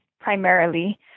primarily